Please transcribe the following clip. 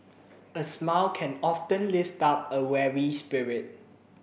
a smile can often lift up a weary spirit